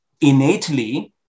innately